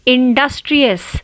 Industrious